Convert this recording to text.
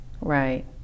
Right